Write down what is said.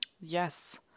Yes